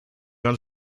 ganz